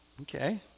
okay